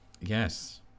Yes